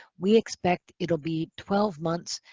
we expect it will be twelve months,